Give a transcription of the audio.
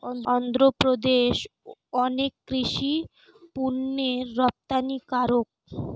অন্ধ্রপ্রদেশ অনেক কৃষি পণ্যের রপ্তানিকারক